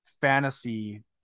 fantasy